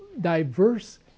diverse